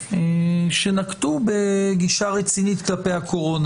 שנקטו בגישה רצינית כלפי הקורונה,